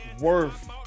worth